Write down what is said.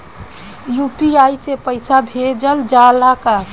UPI से पईसा भेजल जाला का?